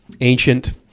ancient